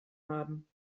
haben